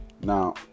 Now